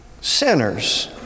sinners